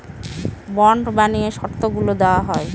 bond বানিয়ে শর্তগুলা দেওয়া হয়